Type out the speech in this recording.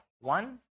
one